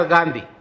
Gandhi